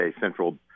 Central